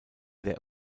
der